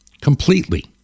completely